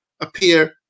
appear